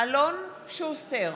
אלון שוסטר,